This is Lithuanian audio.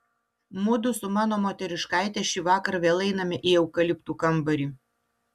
mudu su mano moteriškaite šįvakar vėl einame į eukaliptų kambarį